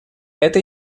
эта